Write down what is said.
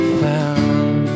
found